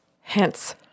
hence